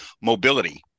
mobility